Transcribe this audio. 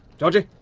georgie?